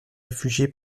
réfugié